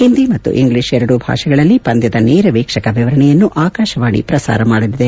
ಹಿಂದಿ ಮತ್ತು ಇಂಗ್ಲೀಷ್ ಎರಡೂ ಭಾಷೆಗಳಲ್ಲಿ ಪಂದ್ನದ ನೇರ ವೀಕ್ಷಕ ವಿವರಣೆಯನ್ನು ಆಕಾಶವಾಣಿ ಪ್ರಸಾರ ಮಾಡಲಿದೆ